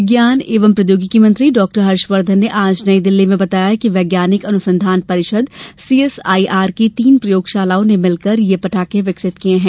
विज्ञान एवं प्रौद्योगिकी मंत्री डाक्टर हर्षवर्धन ने आज नईदिल्ली में बताया कि वैज्ञानिक अनुसंधान परिषद सीएसआईआर की तीन प्रयोगशालाओं ने मिलकर ये पटाखे विकसित किये हैं